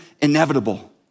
inevitable